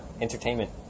Entertainment